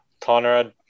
Conrad